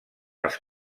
els